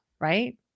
right